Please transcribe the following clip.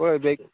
हय बेग